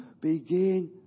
begin